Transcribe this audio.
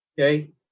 Okay